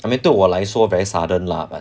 I mean 对我来说 very sudden lah